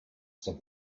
said